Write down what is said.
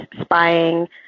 spying